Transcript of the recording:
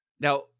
Now